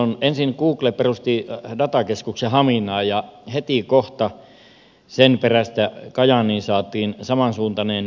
silloin ensin google perusti datakeskuksen haminaan ja heti kohta sen perästä kajaaniin saatiin samansuuntainen ilouutinen